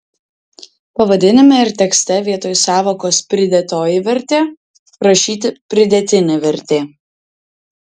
pavadinime ir tekste vietoj sąvokos pridėtoji vertė rašyti pridėtinė vertė